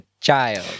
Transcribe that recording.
child